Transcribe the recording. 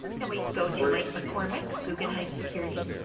and we go to mike mccormack, guggenheim securities.